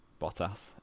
Bottas